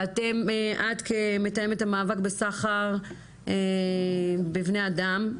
את כמתאמת את המאבק בסחר בבני אדם,